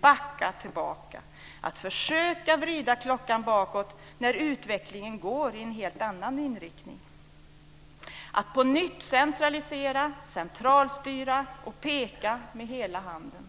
backa tillbaka och försöka vrida klockan bakåt när utvecklingen har en helt annan inriktning. Man väljer att på nytt centralisera, centralstyra och peka med hela handen.